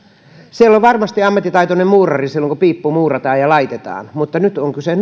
siellä on varmasti ammattitaitoinen muurari silloin kun piippu muurataan ja laitetaan mutta nyt on kyse